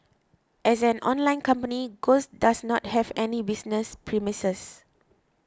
as an online company Ghost does not have any business premises